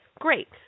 Great